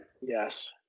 yes